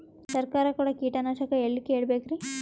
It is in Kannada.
ಸರಕಾರ ಕೊಡೋ ಕೀಟನಾಶಕ ಎಳ್ಳಿ ಕೇಳ ಬೇಕರಿ?